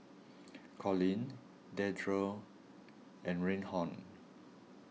Colin Dedra and Rhiannon